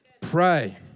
Pray